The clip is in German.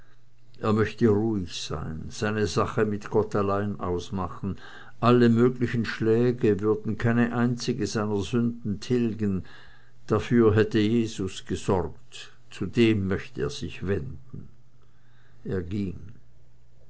er möchte ruhig sein seine sache mit gott allein ausmachen alle möglichen schläge würden keine einzige seiner sünden tilgen dafür hätte jesus gesorgt zu dem möchte er sich wenden er ging